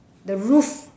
the roof